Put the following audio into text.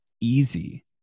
easy